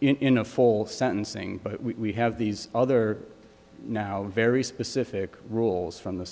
in a full sentencing but we have these other now very specific rules from the